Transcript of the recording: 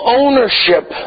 ownership